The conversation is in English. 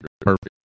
perfect